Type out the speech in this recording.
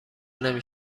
نمی